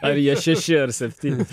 ar jie šeši ar septyni